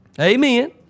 Amen